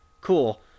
cool